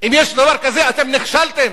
אם יש דבר כזה, אתם נכשלתם,